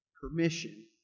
permission